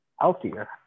healthier